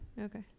Okay